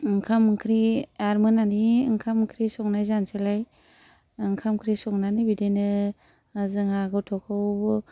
ओंखाम ओंख्रि आरो मोनानि ओंखाम ओंख्रि संनाय जानसैलाय ओंखाम ओंख्रि संनानै बिदिनो जोंहा गथ'खौबो